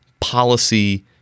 policy